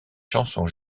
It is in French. chansons